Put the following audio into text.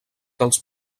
dels